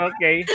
Okay